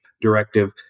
directive